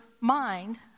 mind